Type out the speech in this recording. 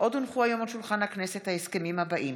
כי הונחו היום על שולחן הכנסת, לקריאה ראשונה,